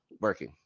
working